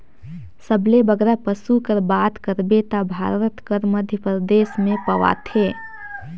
सबले बगरा पसु कर बात करबे ता भारत कर मध्यपरदेस में पवाथें